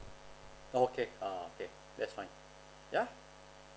okay uh okay that's fine yeah